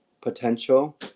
potential